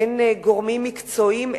אין גורמים מקצועיים,